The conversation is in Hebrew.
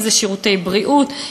אם זה שירותי בריאות,